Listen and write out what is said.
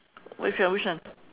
wait which one